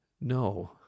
no